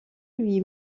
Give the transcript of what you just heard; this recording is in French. lui